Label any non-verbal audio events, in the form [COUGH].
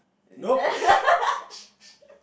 nope [NOISE]